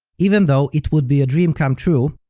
even though it would be a dream come true,